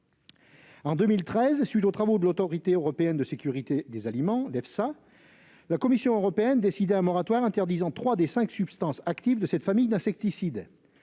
En 2013, suite aux travaux de l'Autorité européenne de sécurité des aliments, l'EFSA, la Commission européenne décidait un moratoire interdisant trois des cinq substances actives de cette famille d'insecticides.